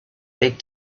big